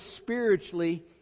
spiritually